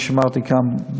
כפי שאמרתי כאן,